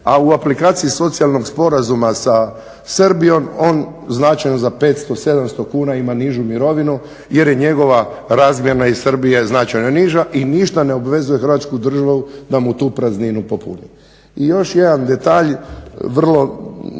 a u aplikaciji socijalnog sporazuma sa Srbijom on značajno za 500, 700 kuna ima nižu mirovinu jer je njegova razmjena iz Srbije značajno niža i ništa ne obvezuje Hrvatsku državu da mu tu prazninu popuni. I još jedan detalj, pred